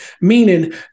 meaning